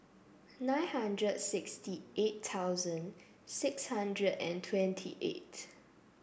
nine hundred sixty eight thousand six hundred and twenty eight